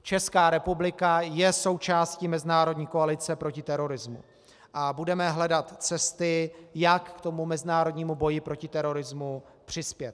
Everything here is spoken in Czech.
Česká republika je součástí mezinárodní koalice proti terorismu a budeme hledat cesty, jak k tomu mezinárodnímu boji proti terorismu přispět.